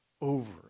over